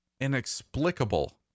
inexplicable